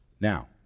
Now